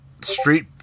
street